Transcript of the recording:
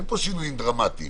אין פה שינויים דרמטיים.